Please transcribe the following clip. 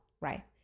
right